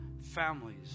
families